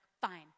fine